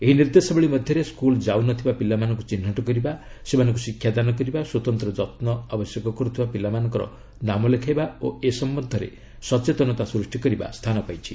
ଏହି ନିର୍ଦ୍ଦେଶାବଳୀ ମଧ୍ୟରେ ସ୍କୁଲ ଯାଉନଥିବା ପିଲାମାନଙ୍କୁ ଚିହ୍ନଟ କରିବା ସେମାନଙ୍କୁ ଶିକ୍ଷାଦାନ କରିବା ସ୍ୱତନ୍ତ ଯତ୍ନ ଆବଶ୍ୟକ କରୁଥିବା ପିଲାମାନଙ୍କର ନାମଲେଖାଇବା ଓ ଏ ସମ୍ଭନ୍ଧରେ ସଚେତନତା ସୃଷ୍ଟି କରିବା ସ୍ଥାନ ପାଇଛି